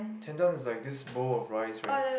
tendon is like this bowl of rice right